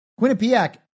Quinnipiac